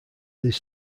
this